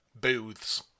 Booths